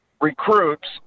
recruits